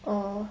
orh